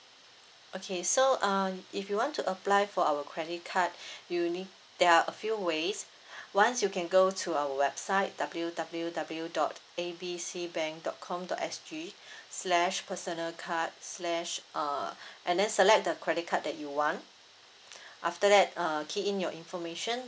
okay so uh if you want to apply for our credit card you need there are a few ways once you can go to our website W W W dot A B C bank dot com dot S G slash personal card slash uh and then select the credit card that you want after that uh key in your information